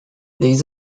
these